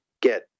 get